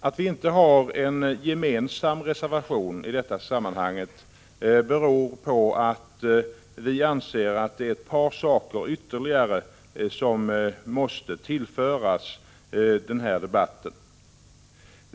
Att vi inte har en gemensam reservation i detta sammanhang beror på att vi från centern anser att ytterligare ett par frågor måste tillföras den här debatten.